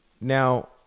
Now